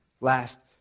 last